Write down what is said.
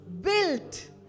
built